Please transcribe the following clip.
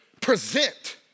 Present